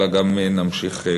אלא גם נמשיך ככה.